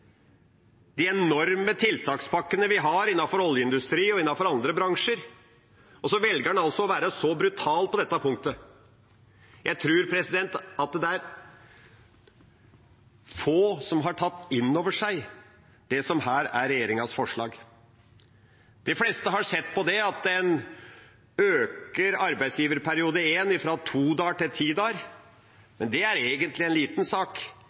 de enorme tiltakspakkene vi har innenfor oljeindustri og andre bransjer, velger en altså å være så brutal på dette punktet. Jeg tror at det er få som har tatt inn over seg det som her er regjeringas forslag. De fleste har sett på at en øker arbeidsgiverperiode I fra to dager til ti dager, men det er egentlig en liten sak